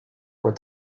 where